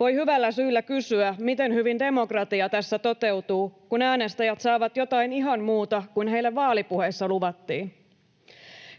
Voi hyvällä syyllä kysyä, miten hyvin demokratia tässä toteutuu, kun äänestäjät saavat jotain ihan muuta kuin heille vaalipuheissa luvattiin.